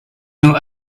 now